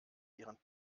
ihren